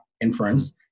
inference